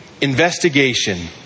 investigation